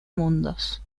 mundos